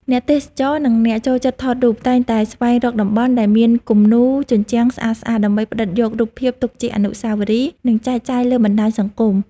អ្នកទេសចរ និងអ្នកចូលចិត្តថតរូប តែងតែស្វែងរកតំបន់ដែលមានគំនូរជញ្ជាំងស្អាតៗ ដើម្បីផ្ដិតយករូបភាពទុកជាអនុស្សាវរីយ៍ និងចែកចាយលើបណ្ដាញសង្គម។